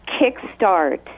kickstart